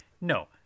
No